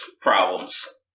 problems